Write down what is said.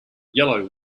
yellow